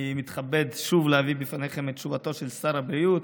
אני מתכבד שוב להביא בפניכם את תשובתו של שר הבריאות